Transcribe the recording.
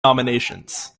nominations